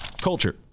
culture